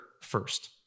first